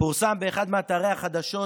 פורסם באחד מאתרי החדשות